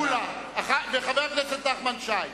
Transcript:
חבר הכנסת מולה וחבר הכנסת נחמן שי,